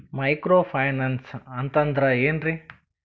Micro finance ಅಂತಂದ್ರ ಏನ್ರೀ?